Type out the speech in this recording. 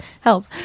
help